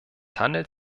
handelt